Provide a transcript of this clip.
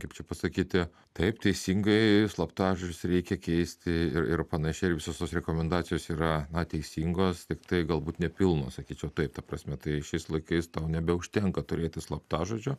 kaip čia pasakyti taip teisingai slaptažodžius reikia keisti ir ir panašiai ir visos tos rekomendacijos yra teisingos tiktai galbūt ne pilnos sakyčiau taip ta prasme tai šiais laikais tau nebeužtenka turėti slaptažodžio